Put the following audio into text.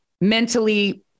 mentally